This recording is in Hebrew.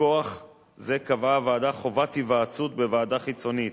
כוח זה קבעה הוועדה חובת היוועצות בוועדה חיצונית.